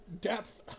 depth